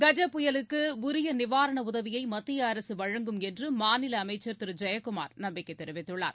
கஜ புயலுக்கு உரிய நிவாரண உதவியை மத்திய அரசு வழங்கும் என்று மாநில அமைச்சர் திரு ஜெயக்குமார் நம்பிக்கைத் தெரிவித்துள்ளார்